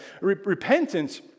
Repentance